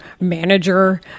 manager